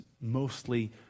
mostly